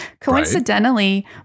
Coincidentally